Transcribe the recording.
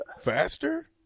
faster